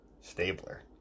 Stabler